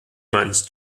mans